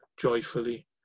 joyfully